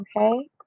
Okay